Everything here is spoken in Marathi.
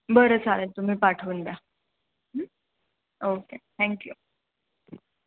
बरं चालेल तुम्ही पाठवून द्या ओके थँक्यू